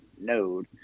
node